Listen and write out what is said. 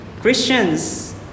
Christians